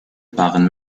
waren